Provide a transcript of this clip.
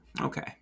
Okay